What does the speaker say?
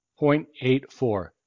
0.84